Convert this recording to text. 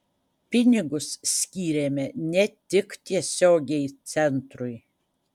pinigus skyrėme ne tik tiesiogiai centrui